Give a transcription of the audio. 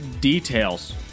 Details